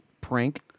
Prank